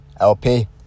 LP